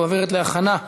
התשע"ו 2016,